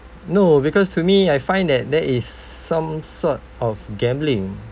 no because to me I find that that is some sort of gambling